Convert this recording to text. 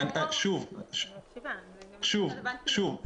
וחלק ב', שמתכתב למעשה